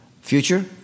Future